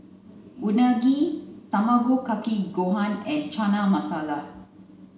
Unagi Tamago Kake Gohan and Chana Masala